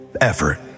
effort